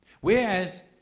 Whereas